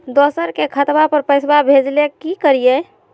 दोसर के खतवा पर पैसवा भेजे ले कि करिए?